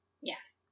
Yes